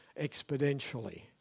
exponentially